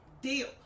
deal